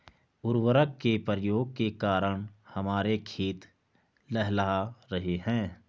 उर्वरक के प्रयोग के कारण हमारे खेत लहलहा रहे हैं